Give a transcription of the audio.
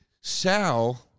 Sal